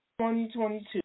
2022